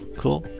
cool.